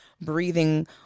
breathing